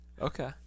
Okay